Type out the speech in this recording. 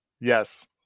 Yes